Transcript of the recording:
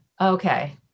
Okay